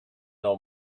know